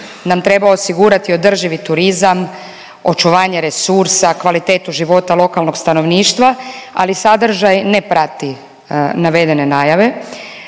nam treba osigurati održivi turizam, očuvanje resursa, kvalitetu života lokalnog stanovništva, ali sadržaj ne prati navedene najave.